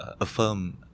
affirm